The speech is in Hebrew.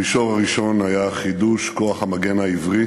המישור הראשון היה חידוש כוח המגן העברי